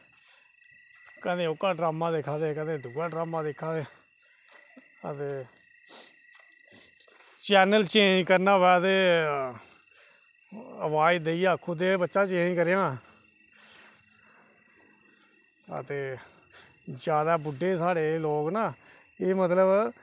कदें ओह्का ड्रामां दिक्खा दे कदें ओह्का ड्रामां दिक्खा दे ते चैनल चेंज़ करना होऐ ते आवाज़ देइयै आक्खी ओड़दे की बच्चा चेंज़ करी ओड़ेआं ते जादै बुड्ढे साढ़े लोक ना एह् मतलब